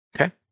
Okay